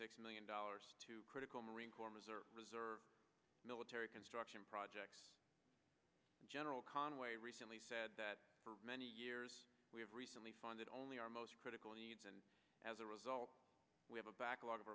six million dollars to critical marine corps reserve reserve military construction projects general conway recently said that for many years we have recently funded only our most critical needs and as a result we have a backlog of